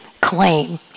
claim